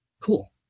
Cool